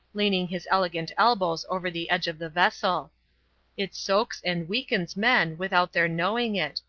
leaning his elegant elbows over the edge of the vessel it soaks and weakens men without their knowing it,